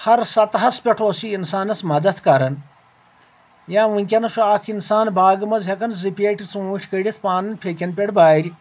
ہر ستہٕ ہَس پٮ۪ٹھ اوس یہِ انسانس مدد کران یا ؤنکیٚنس چھُ اکھ انسان باغہٕ منٛز ہٮ۪کان زٕ پیٹہِ ژوٗنٛٹھۍ کٔڑتھ پانہٕ پھیکٮ۪ن پٮ۪ٹھ بارِ